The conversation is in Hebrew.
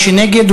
מי שנגד,